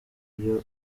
iyo